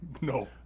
No